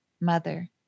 mother